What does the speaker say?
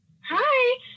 Hi